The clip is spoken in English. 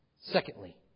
Secondly